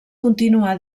continuà